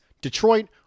Detroit